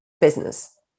business